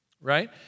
right